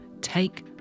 take